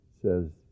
says